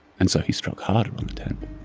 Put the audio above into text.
and so he struck harder on the tent.